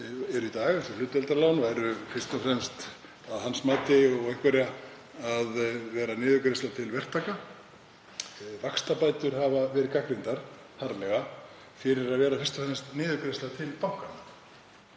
sem er í dag, þessi hlutdeildarlán, væri fyrst og fremst að hans mati og einhverra annarra niðurgreiðsla til verktaka. Vaxtabætur hafa verið gagnrýndar harðlega fyrir að vera fyrst og fremst niðurgreiðsla til bankanna.